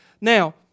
Now